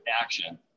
action